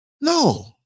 No